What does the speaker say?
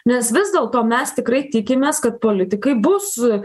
nes vis dėl to mes tikrai tikimės kad politikai bus